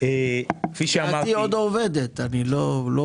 כפי שאמרתי, יוקר